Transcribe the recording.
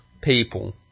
people